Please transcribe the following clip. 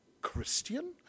Christian